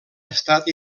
estat